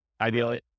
ideally